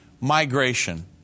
migration